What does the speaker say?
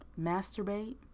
masturbate